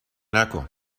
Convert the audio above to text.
نکن